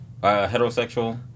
heterosexual